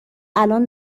الان